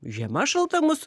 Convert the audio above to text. žiema šalta mus